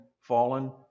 fallen